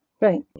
Right